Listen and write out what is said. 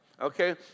Okay